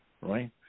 right